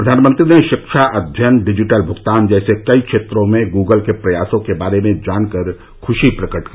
प्रधानमंत्री ने शिक्षा अध्ययन डिजिटल भुगतान जैसे कई क्षेत्रों में गूगल के प्रयासों के बारे में जानकर खुशी प्रकट की